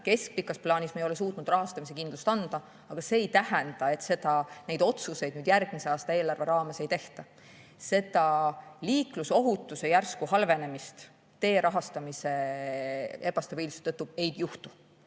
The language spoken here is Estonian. Keskpikas plaanis ei ole me suutnud rahastamises kindlust anda, aga see ei tähenda, et neid otsuseid järgmise aasta eelarve raames ei tehta. Liiklusohutuse järsku halvenemist teede rahastamise ebastabiilsuse tõttu ei juhtu.